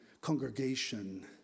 congregation